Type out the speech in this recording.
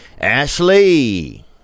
Ashley